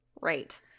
right